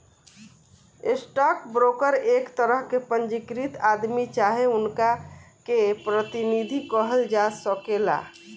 stock broker एक तरह के पंजीकृत आदमी चाहे उनका के प्रतिनिधि कहल जा सकेला